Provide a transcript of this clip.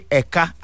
eka